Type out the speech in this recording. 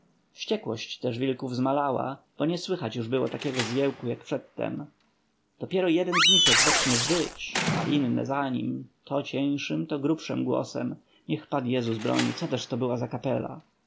wściekłość też wilków zmalała bo nie słychać było już takiego zgiełku jak przedtem dopiero jeden z nich jak zacznie wyć a inne za nim to cieńszym to grubszym głosem niech pan jezus broni co też to była za kapela